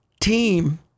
team